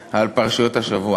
יפה להגיד, על פרשיות השבוע.